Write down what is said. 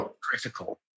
critical